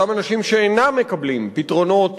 אותם אנשים שאינם מקבלים פתרונות